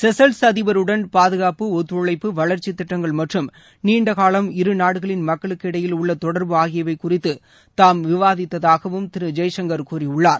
Seychelles அதிபருடன் பாதுகாப்பு ஒத்துழைப்பு வளர்ச்சித்திட்டங்கள் மற்றும் நீண்ட காலம் இருநாடுகளின் மக்களுக்கு இடையில் உள்ள தொடர்பு ஆகியவை குறித்து தாம் விவாதித்ததாகவும் திரு ஜெய்சங்கர் கூறியுள்ளார்